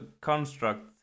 construct